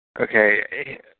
Okay